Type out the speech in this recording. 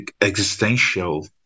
existential